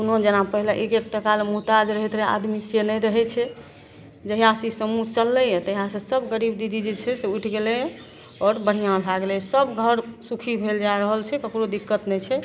कोनो जेना पहिले एक एक टकालए मोहताज रहैत रहै आदमीसे नहि रहै छै जहिआसे ई समूह चललैए तहिआसे सभ गरीब दीदी जे छै से उठि गेलैए आओर बढ़िआँ भै गेलै सभ घर सुखी भेल जै रहल छै ककरो दिक्कत नहि छै